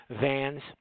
Vans